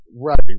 Right